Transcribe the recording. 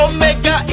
Omega